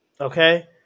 okay